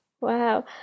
Wow